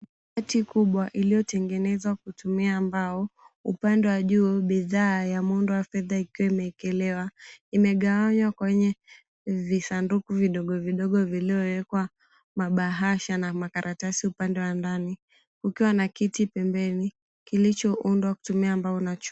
Kabati kubwa iliyotengenezwa kutumia mbao. Upande wa juu, bidhaa ya muundo wa fedha ikiwa imeekelewa. Imegawanywa kwenye visanduku vidogo vidogo vilivyowekwa mabahasha na makaratasi upande wa ndani, kukiwa na kiti pembeni, kilichoundwa kutumia mbao na chuma.